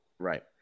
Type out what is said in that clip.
Right